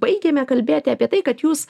baigėme kalbėti apie tai kad jūs